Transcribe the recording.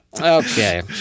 okay